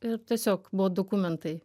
ir tiesiog buvo dokumentai